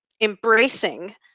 embracing